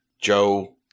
Joe